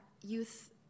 youth